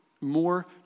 more